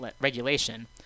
regulation